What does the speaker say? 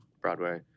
Broadway